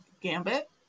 Gambit